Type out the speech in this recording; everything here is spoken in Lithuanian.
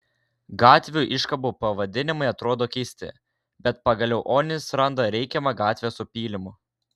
gatvių iškabų pavadinimai atrodo keisti bet pagaliau onis randa reikiamą gatvę su pylimu